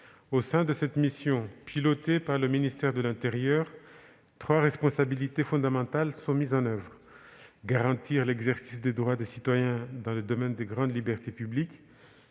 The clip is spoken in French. Au sein de cette mission, pilotée par le ministère de l'intérieur, trois responsabilités fondamentales sont mises en oeuvre : garantir l'exercice des droits des citoyens dans le domaine des grandes libertés publiques